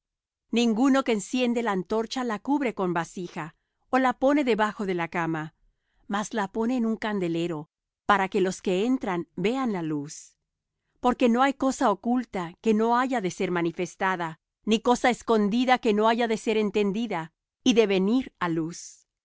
ninguno que enciende la antorcha la cubre con vasija ó la pone debajo de la cama mas la pone en un candelero para que los que entran vean la luz porque no hay cosa oculta que no haya de ser manifestada ni cosa escondida que no haya de ser entendida y de venir á luz